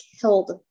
killed